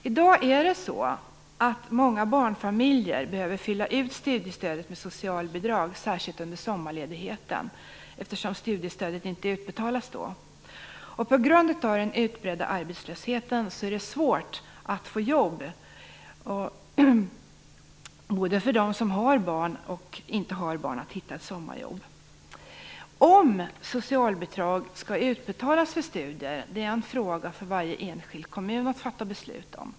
I dag behöver många barnfamiljer fylla ut studiestödet med socialbidrag, särskilt under sommarledigheten, eftersom studiestödet inte utbetalas då. På grund av den utbredda arbetslösheten är det svårt att hitta sommarjobb, både för dem som har barn och för dem som inte har barn. Om socialbidrag skall utbetalas till den som studerar är en fråga för varje enskild kommun att fatta beslut om.